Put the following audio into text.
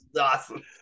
awesome